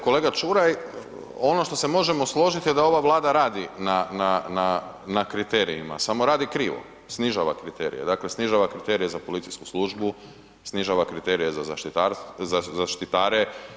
Kolega Čuraj, ono što se možemo složiti da ova Vlada radi na kriterijima, samo radi krivo, snižava kriterije, dakle snižava kriterije za policijsku službu, snižava kriterije za zaštitare.